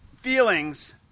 feelings